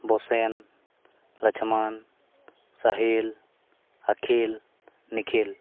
Basen Lakshman Sahil Akhil Nikhil